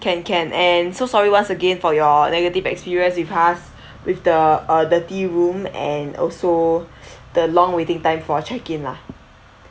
can can and so sorry once again for your negative experience with us with the uh dirty room and also the long waiting time for check-in lah